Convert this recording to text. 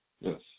Yes